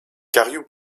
cariou